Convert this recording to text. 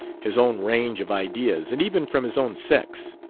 his own range of ideas, and even from his own sex.